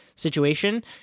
situation